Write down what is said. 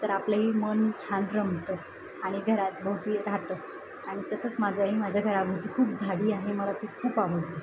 तर आपलंही मन छान रमतं आणि घरात भोवती राहतं आणि तसंच माझं आहे माझ्या घराभोवती खूप झाडी आहे मला ती खूप आवडते